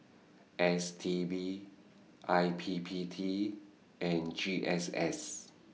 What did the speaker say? S T B I P P T and G S S